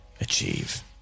achieve